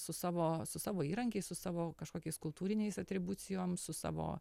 su savo su savo įrankiais su savo kažkokiais kultūriniais atribucijom su savo